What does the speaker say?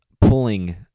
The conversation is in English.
pulling